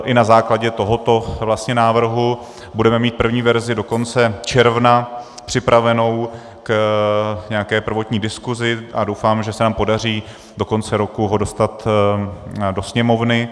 I na základě tohoto návrhu budeme mít první verzi do konce června připravenou k nějaké prvotní diskusi a doufám, že se nám ho podaří do konce roku dostat do Sněmovny.